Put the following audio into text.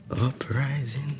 Uprising